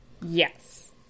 yes